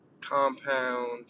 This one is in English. compound